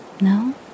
No